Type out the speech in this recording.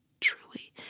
truly